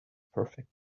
perfect